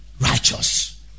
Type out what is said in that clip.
righteous